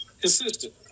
consistent